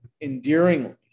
endearingly